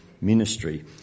ministry